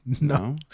no